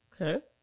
Okay